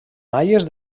maies